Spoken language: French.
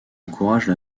encouragent